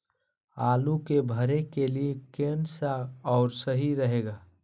आलू के भरे के लिए केन सा और सही रहेगा?